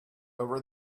over